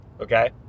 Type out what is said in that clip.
okay